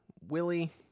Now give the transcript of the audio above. Willie